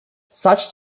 such